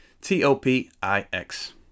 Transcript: T-O-P-I-X